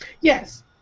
Yes